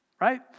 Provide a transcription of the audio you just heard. right